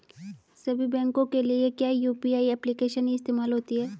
सभी बैंकों के लिए क्या यू.पी.आई एप्लिकेशन ही इस्तेमाल होती है?